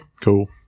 Cool